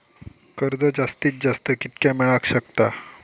कर्ज जास्तीत जास्त कितक्या मेळाक शकता?